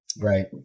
Right